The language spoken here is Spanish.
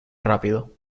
rápido